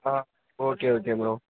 ah okay okay bro